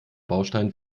baustein